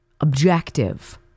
objective